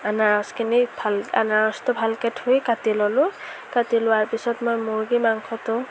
আনাৰসখিনি ভাল আনাৰসটো ভালকৈ ধুই কাটি ল'লোঁ কাটি লোৱাৰ পিছত মই মুৰ্গী মাংসটো